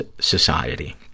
society